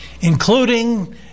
including